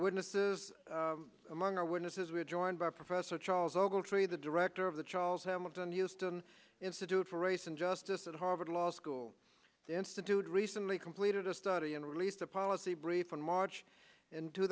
witnesses among our witnesses we're joined by professor charles ogletree the director of the charles hamilton houston institute for race and justice at harvard law school the institute recently completed a study and released a policy brief in march in two